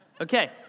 Okay